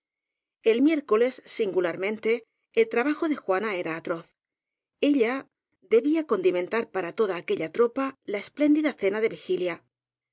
el miércoles singularmente el trabajo de juana era atroz ella debía condimentar para toda aque lla tropa la espléndida cena de vigilia